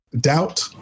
doubt